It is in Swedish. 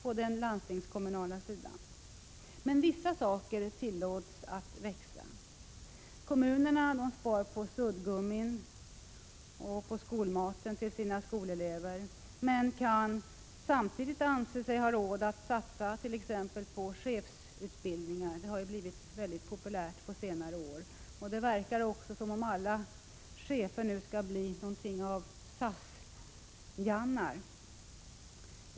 Men vissa saker tillåts att växa. Kommunerna spar på suddgummin och på skolmat till sina skolelever men kan samtidigt anse sig ha råd att satsa på t.ex. chefsutbildningar. Det har blivit mycket populärt på senare år, och det verkar som om alla chefer nu skall bli någonting av SAS-Jannar.